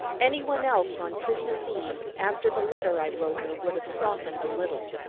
any one else, on christmas eve, after the letter i wrote her, would have softened a little.